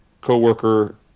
co-worker